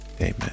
amen